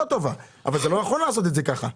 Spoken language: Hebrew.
טובה אבל אתה לא יכול לעשות את זה כך.